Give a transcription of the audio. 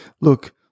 look